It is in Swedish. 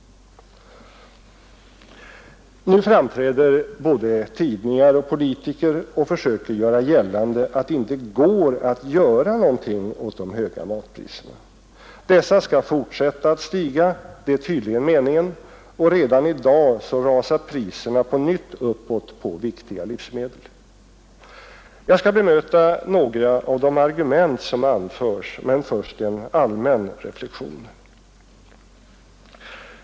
Nu framträder både tidningar och politiker och försöker göra gällande att det inte går att göra någonting åt de höga matpriserna. Dessa skall fortsätta att stiga — det är tydligen meningen — och redan i dag rusar priserna på nytt uppåt på viktiga livsmedel. Jag skall bemöta några av de argument som anförs, men först en allmän reflexion.